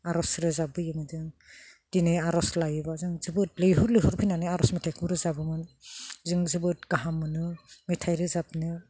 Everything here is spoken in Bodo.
आर'ज रोजाबबोयोमोन जों दिनै जों आर'ज लायोब्ला जोबोद लैहोर लैहोर फैनानै आर'ज मेथाइखौ रोजाबोमोन जों जोबोद गाहाम मोनो मेथाइ रोजाबनो